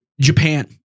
Japan